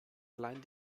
allein